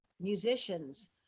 musicians